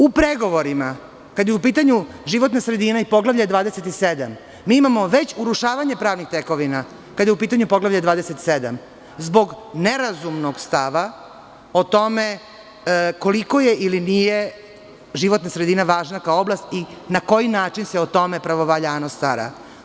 U pregovorima kada je u pitanju životna sredina i poglavlje 27 mi imamo već urušavanje pravnih tekovina kada je u pitanju poglavlje 27 zbog nerazumnog stava o tome koliko je ili nije životna sredina važna kao oblast i na koji način se o tome pravo valjano stara.